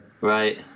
right